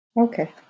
Okay